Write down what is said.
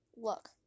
Look